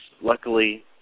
luckily